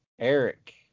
Eric